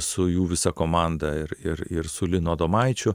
su jų visa komanda ir ir ir su linu adomaičiu